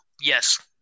yes